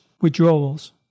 withdrawals